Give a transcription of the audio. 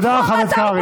תודה, חבר הכנסת קרעי.